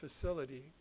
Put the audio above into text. facility